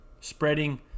spreading